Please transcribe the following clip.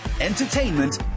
entertainment